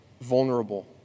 vulnerable